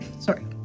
Sorry